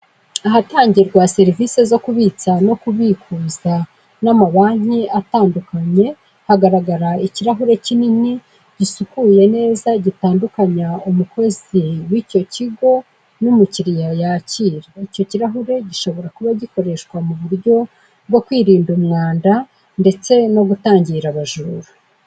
Ahatangirwa serivise zo kubitsa no kubikuza n'amabanki atandukanye, hagaragara ikirahure kinini, gisukuye neza, gutadukanya umukozi w'icyo kigo, n'umukiriya yakira. Icyo kirahure gishobora kuba gikoreshwa mu buryo bwo kwirinda umwanda ndetse no gutangira abajura.